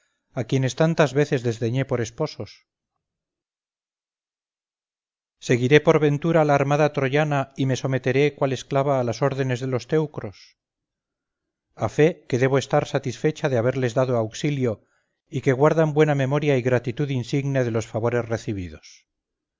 a quienes tantas veces desdeñé por esposos seguiré por ventura la armada troyana y me someteré cual esclava a las órdenes de los teucros a fe que debo estar satisfecha de haberles dado auxilio y que guardan buena memoria y gratitud insigne de los favores recibidos